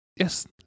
Yes